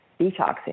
detoxing